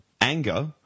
anger